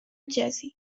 jersey